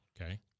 okay